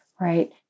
right